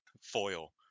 foil